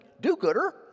do-gooder